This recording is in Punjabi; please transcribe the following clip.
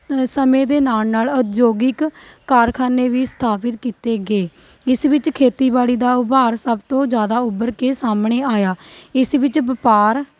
ਸਮੇਂ ਦੇ ਨਾਲ ਨਾਲ ਉਦਯੋਗਿਕ ਕਾਰਖਾਨੇ ਵੀ ਸਥਾਪਿਤ ਕੀਤੇ ਗਏ ਇਸ ਵਿੱਚ ਖੇਤੀਬਾੜੀ ਦਾ ਉਭਾਰ ਸਭ ਤੋਂ ਜ਼ਿਆਦਾ ਉੱਭਰ ਕੇ ਸਾਹਮਣੇ ਆਇਆ ਇਸ ਵਿੱਚ ਵਪਾਰ